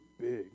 big